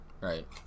right